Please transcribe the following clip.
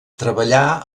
treballà